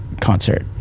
concert